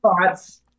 thoughts